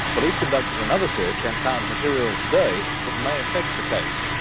police conducted another search and found material today that may affect the case.